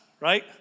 right